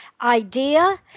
idea